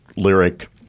lyric